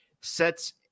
sets